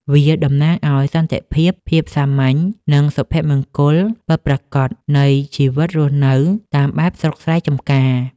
វាតំណាងឱ្យសន្តិភាព ភាពសាមញ្ញ និងសុភមង្គលពិតប្រាកដនៃជីវិតរស់នៅតាមបែបស្រុកស្រែចម្ការ។